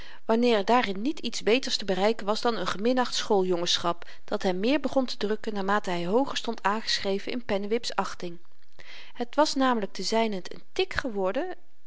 wanneer daarin niet iets beters te bereiken was dan n geminacht schooljongensschap dat hem meer begon te drukken naarmate hy hooger stond aangeschreven in pennewip's achting het was namelyk ten zynent n tic geworden en